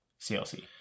CLC